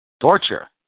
Torture